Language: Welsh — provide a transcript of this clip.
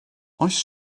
oes